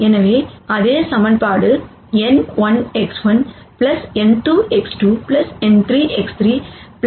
எனவே அதே equation n1 X1 n2 X2 n3 X3 b 0